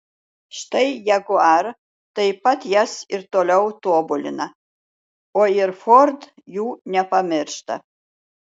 štai jaguar taip pat jas ir toliau tobulina o ir ford jų nepamiršta